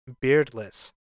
beardless